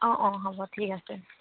অঁ অঁ হ'ব ঠিক আছে